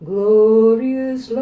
Glorious